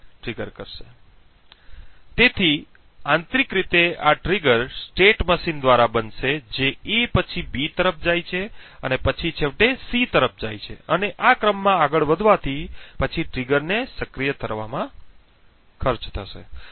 તેથી આંતરિક રીતે આ ટ્રિગર state મશીન દ્વારા બનશે જે A પછી B તરફ જાય છે અને પછી છેવટે C તરફ જાય છે અને આ ક્રમમાં આગળ વધવાથી પછી ટ્રિગરને સક્રિય થવામાં ખર્ચ થશે